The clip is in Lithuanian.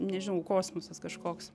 nežinau kosmosas kažkoks